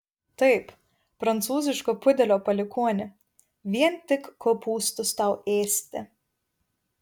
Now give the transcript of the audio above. taip prancūziško pudelio palikuoni vien tik kopūstus tau ėsti